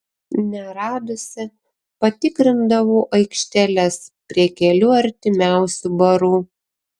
neradusi patikrindavau aikšteles prie kelių artimiausių barų